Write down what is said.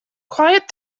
quiet